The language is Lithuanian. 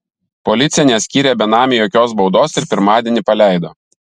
policija neskyrė benamiui jokios baudos ir pirmadienį paleido